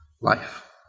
life